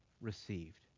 received